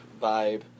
vibe